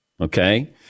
okay